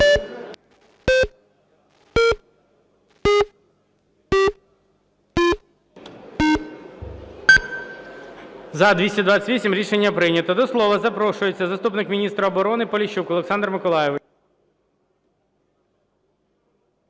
За-228 Рішення прийнято. До слова запрошується заступник міністра оборони Поліщук Олександр Миколайович.